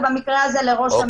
ובמקרה הזה לראש הממשלה.